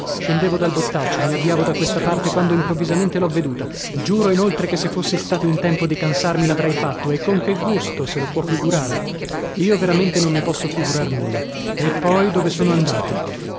scendevo dal bottaccio mi avviavo da questa parte quando improvvisamente l'ho veduta giuro inoltre che se fossi stato in tempo di cansarmi l'avrei fatto e con che gusto se lo può figurare io veramente non mi posso figurar nulla e poi dove sono andati